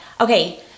Okay